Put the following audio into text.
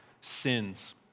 sins